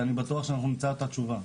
ואני בטוח שנמצא את התשובה.